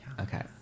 Okay